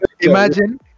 imagine